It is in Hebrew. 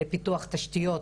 לפיתוח תשתיות